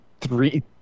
three